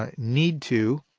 ah need to,